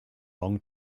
long